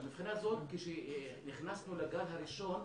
מבחינה זאת, כשנכנסנו לגל הראשון,